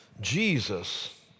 Jesus